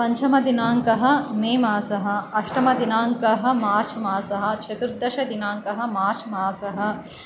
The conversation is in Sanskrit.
पञ्चमदिनाङ्कः मे मासः अष्टमदिनाङ्कः मार्च् मासः चतुर्दशदिनाङ्कः मार्च् मासः